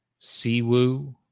Siwoo